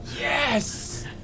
Yes